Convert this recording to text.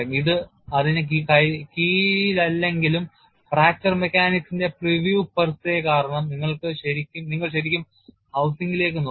ഇത് അതിന് കീഴിലല്ലെങ്കിലും ഫ്രാക്ചർ മെക്കാനിക്സിന്റെ പ്രിവ്യൂ പെർ സെ കാരണം നിങ്ങൾ ശരിക്കും housing ലേക്ക് നോക്കുന്നു